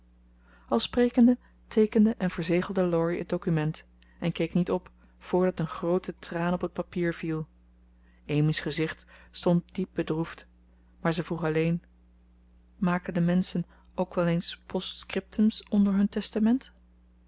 al sprekende teekende en verzegelde laurie het document en keek niet op voordat een groote traan op het papier viel amy's gezicht stond diep bedroefd maar ze vroeg alleen maken de menschen ook weleens postscriptums onder hun testament